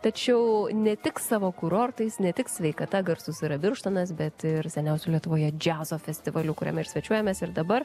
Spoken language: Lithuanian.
tačiau ne tik savo kurortais ne tik sveikata garsus yra birštonas bet ir seniausiu lietuvoje džiazo festivaliu kuriame ir svečiuojamės ir dabar